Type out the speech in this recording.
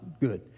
good